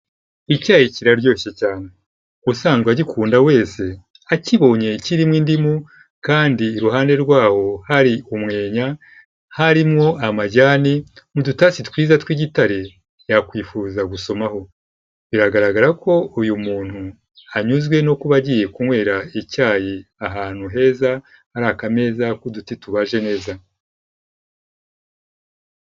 Icyayi kiraryoshye cyane. Usanzwe agikunda wese akibonye kirimo indimu kandi iruhande rwaho hari umwenya, harimo amajyane mu dutasi twiza tw'igitare yakwifuza gusomaho. Biragaragara ko uyu muntu anyuzwe no kuba agiye kunywera icyayi ahantu heza, hari akameza k'uduti tubaje neza.